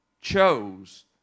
chose